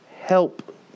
help